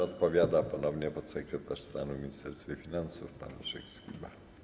Odpowiada ponownie podsekretarz stanu w Ministerstwie Finansów pan Leszek Skiba.